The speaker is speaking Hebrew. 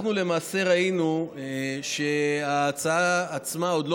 אנחנו למעשה ראינו שההצעה עצמה עוד לא